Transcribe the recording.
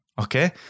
Okay